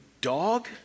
dog